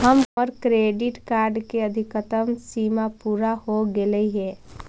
हमर credit card के अधिकतम सीमा पूरा हो गेलई हे